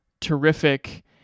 terrific